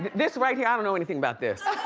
this right here, i don't know anything about this.